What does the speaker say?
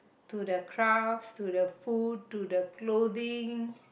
to the crafts to the food to the clothing